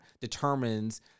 determines